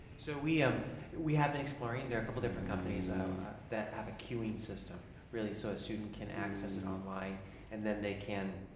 so we um we have been exploring. there are a couple different companies so that have a queuing system, really so a student can access it online and then they can,